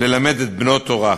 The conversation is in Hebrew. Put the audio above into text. ללמד את בנו תורה.